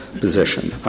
position